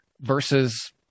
versus